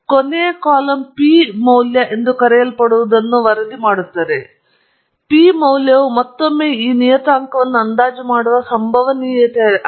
ಕೊನೆಯ column p ಮೌಲ್ಯ ಎಂದು ಕರೆಯಲ್ಪಡುವದನ್ನು ವರದಿ ಮಾಡುತ್ತದೆ ಮತ್ತು ಪು ಮೌಲ್ಯವು ಮತ್ತೊಮ್ಮೆ ಈ ನಿಯತಾಂಕವನ್ನು ಅಂದಾಜು ಮಾಡುವ ಸಂಭವನೀಯತೆಯಾಗಿದೆ